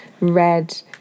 red